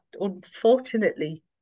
unfortunately